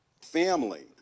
family